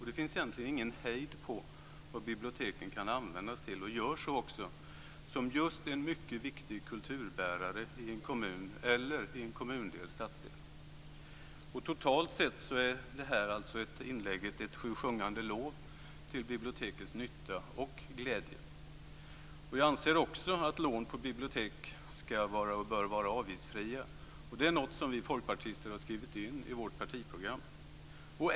Det finns egentligen ingen hejd på vad biblioteken kan användas till, och det görs också, som just en mycket viktig kulturbärare i en kommun eller i en kommundel eller stadsdel. Totalt sett är det här inlägget alltså ett sjusjungande lov till bibliotekets nytta och glädje. Jag anser också att lån på bibliotek bör vara avgiftsfria, och det är något som vi folkpartister har skrivit in i vårt partiprogram.